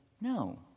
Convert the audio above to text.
no